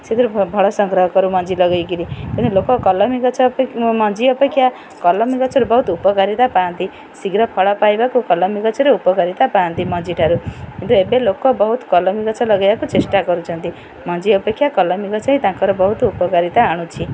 ସେଥିରୁ ଫଳ ସଂଗ୍ରହ କରୁ ମଞ୍ଜି ଲଗାଇକରି କିନ୍ତୁ ଲୋକ କଲମୀ ଗଛ ଅପେକ୍ଷା ମଞ୍ଜି ଅପେକ୍ଷା କଲମୀ ଗଛରୁ ବହୁତ ଉପକାରିତା ପାଆନ୍ତି ଶୀଘ୍ର ଫଳ ପାଇବାକୁ କଲମୀ ଗଛରୁ ଉପକାରିତା ପାଆନ୍ତି ମଞ୍ଜିଠାରୁ କିନ୍ତୁ ଏବେ ଲୋକ ବହୁତ କଲମୀ ଗଛ ଲଗାଇବାକୁ ଚେଷ୍ଟା କରୁଛନ୍ତି ମଞ୍ଜି ଅପେକ୍ଷା କଲମୀ ଗଛ ହିଁ ତାଙ୍କର ବହୁତ ଉପକାରିତା ଆଣୁଛି